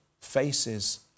faces